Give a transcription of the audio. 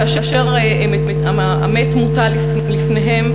כאשר המת מוטל לפניהם,